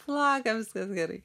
plaka viskas gerai